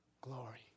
glory